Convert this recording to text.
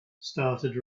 started